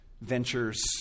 ventures